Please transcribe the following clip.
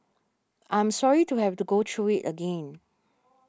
I am sorry to have to go through it again